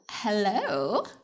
hello